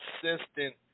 consistent